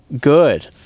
good